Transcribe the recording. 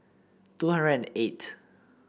two hundred and eight